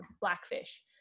blackfish